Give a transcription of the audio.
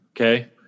Okay